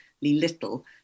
little